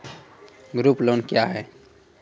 Group loan क्या है?